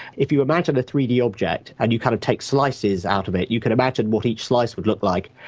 if you imagine a three d object, and you kind of take slices out of it, you can imagine what each slice would look like,